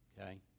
Okay